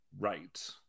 Right